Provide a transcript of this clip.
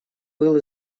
был